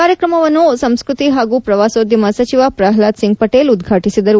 ಕಾರ್ಯಕ್ರಮವನ್ನು ಸಂಸ್ಕೃತಿ ಹಾಗೂ ಪ್ರವಾಸೋದ್ಯಮ ಸಚಿವ ಪ್ರಹ್ಲಾದ್ ಸಿಂಗ್ ಪಟೇಲ್ ಉದ್ಪಾಟಿಸಿದರು